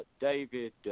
David